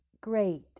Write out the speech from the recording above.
great